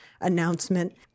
announcement